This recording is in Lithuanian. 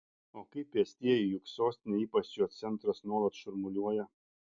o kaip pėstieji juk sostinė ypač jos centras nuolat šurmuliuoja